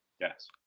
Yes